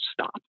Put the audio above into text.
stop